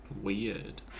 Weird